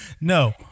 No